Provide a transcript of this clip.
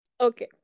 Okay